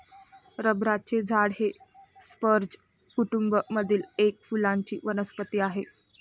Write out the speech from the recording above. रबराचे झाड हे स्पर्ज कुटूंब मधील एक फुलांची वनस्पती आहे